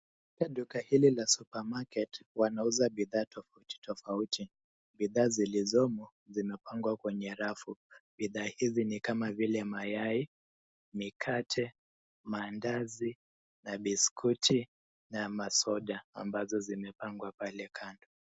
Duka hili la supermarket wanauza bidhaa tofauti tofauti. Bidhaa zilipo zimepangwa kwenye rafu. Bidhaa hizi ni kama vile mayai, mikate, maandazi, na biskuti na masoda ambazo zimepangwa pale kando.